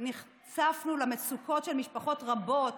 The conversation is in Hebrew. נחשפנו למצוקות של משפחות רבות